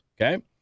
Okay